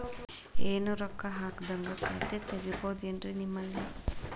ಏನು ರೊಕ್ಕ ಹಾಕದ್ಹಂಗ ಖಾತೆ ತೆಗೇಬಹುದೇನ್ರಿ ನಿಮ್ಮಲ್ಲಿ?